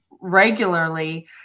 regularly